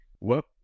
whoop